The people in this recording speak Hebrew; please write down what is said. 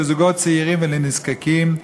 לזוגות צעירים ולנזקקים,